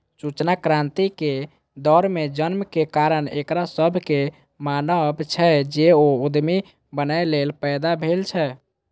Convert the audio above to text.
सूचना क्रांतिक दौर मे जन्मक कारण एकरा सभक मानब छै, जे ओ उद्यमी बनैए लेल पैदा भेल छै